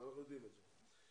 אנחנו יודעים את זה.